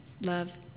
love